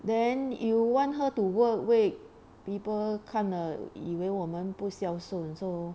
then you want her to work wait people 看了以为我们不孝順 so